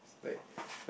like